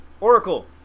Oracle